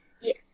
Yes